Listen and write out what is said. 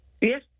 Yes